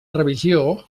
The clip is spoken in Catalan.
revisió